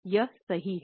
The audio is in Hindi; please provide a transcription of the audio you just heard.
यह सही है